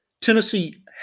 Tennessee